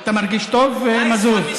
אתה מרגיש טוב, מזוז?